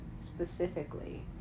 specifically